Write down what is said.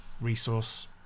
resource